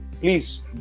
please